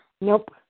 Nope